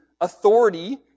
authority